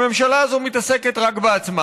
הממשלה הזו מתעסקת רק בעצמה,